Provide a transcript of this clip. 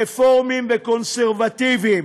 רפורמים וקונסרבטיבים.